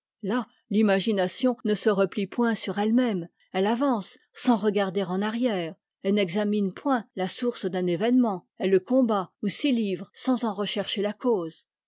là l'imagination ne se replie point sur ette même elle avance sans regarder en arrière elle n'examine point la source d'un événement elle le combat ou s'y livre sans en rechercher la cause